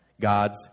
God's